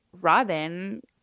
Robin